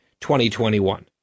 2021